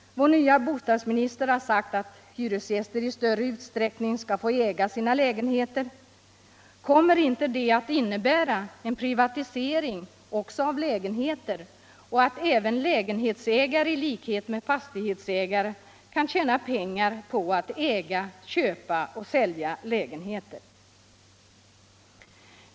Vår nye bostadsminister har sagt att hyresgäster i större utsträckning skall få äga sina lägenheter. Kommer det inte att innebära en privatisering också av lägenheter och att lägenhetsägare I likhet med fastighetsägare kan tjäna pengar på att äga. köpa och sälja lägenheter?